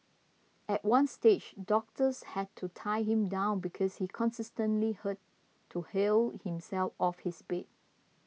at one stage doctors had to tie him down because he constantly her to hurl himself off his bed